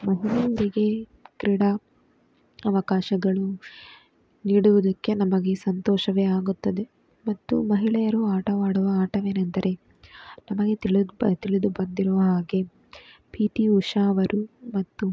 ಮಹಿಳೆಯರಿಗೆ ಕ್ರೀಡಾ ಅವಕಾಶಗಳು ನೀಡುವುದಕ್ಕೆ ನಮಗೆ ಸಂತೋಷವೇ ಆಗುತ್ತದೆ ಮತ್ತು ಮಹಿಳೆಯರು ಆಟವಾಡುವ ಆಟವೇನೆಂದರೆ ನಮಗೆ ತಿಳಿದು ಬ ತಿಳಿದು ಬಂದಿರುವ ಹಾಗೆ ಪಿ ಟಿ ಉಷಾ ಅವರು ಮತ್ತು